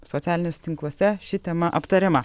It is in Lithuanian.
socialiniuose tinkluose ši tema aptariama